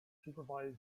supervised